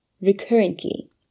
recurrently